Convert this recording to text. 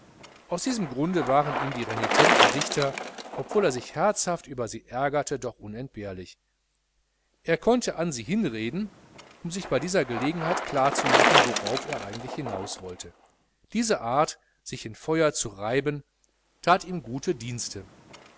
aus diesem grunde waren ihm die renitenten dichter obwohl er sich herzhaft über sie ärgerte doch unentbehrlich er konnte an sie hin reden und sich bei dieser gelegenheit klar machen worauf hinaus er eigentlich wollte diese art sich in feuer zu reiben that ihm gute dienste